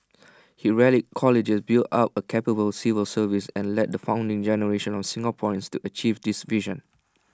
he rallied colleagues built up A capable civil service and led the founding generation of Singaporeans to achieve this vision